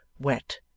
wet